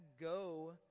go